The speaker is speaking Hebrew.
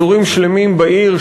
אזורים שלמים בעיר,